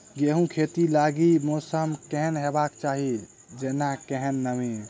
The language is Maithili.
गेंहूँ खेती लागि मौसम केहन हेबाक चाहि जेना केहन नमी?